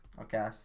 Okay